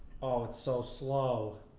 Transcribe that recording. it's so slow.